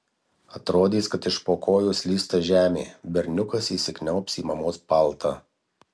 atrodys kad iš po kojų slysta žemė berniukas įsikniaubs į mamos paltą